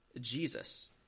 Jesus